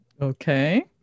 Okay